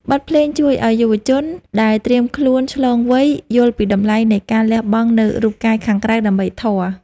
បទភ្លេងជួយឱ្យយុវជនដែលត្រៀមខ្លួនឆ្លងវ័យ យល់ពីតម្លៃនៃការលះបង់នូវរូបកាយខាងក្រៅដើម្បីធម៌។